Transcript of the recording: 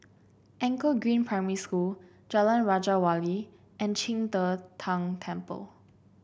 Anchor Green Primary School Jalan Raja Wali and Qing De Tang Temple